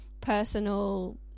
personal